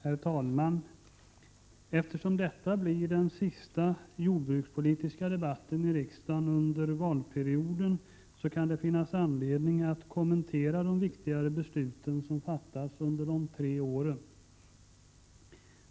Herr talman! Eftersom detta blir den sista jordbrukspolitiska debatten i riksdagen under valperioden, kan det finnas anledning att kommentera de viktigare beslut som fattats under de tre åren.